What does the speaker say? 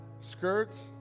Skirts